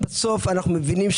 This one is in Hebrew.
בסוף אנו מבינים,